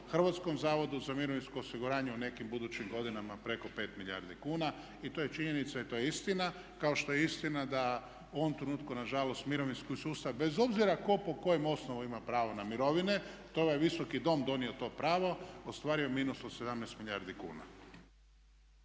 Hrvatskom zavodu za mirovinsko osiguranje u nekim budućim godinama preko 5 milijardi kuna i to je činjenica i to je istina. Kao što je istina da u ovom trenutku nažalost mirovinski sustav, bez obzira tko po kojem osnovu ima pravo na mirovine to je ovaj Visoki dom donio to pravo, ostvario je minus od 17 milijardi kuna.